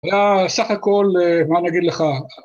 סך הכל מה אני אגיד לך